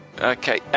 Okay